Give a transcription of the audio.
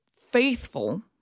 faithful